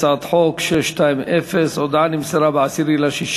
הצעת חוק 620. ההודעה נמסרה ב-10 ביוני